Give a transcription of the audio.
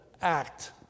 act